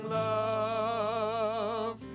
love